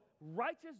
righteous